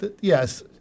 Yes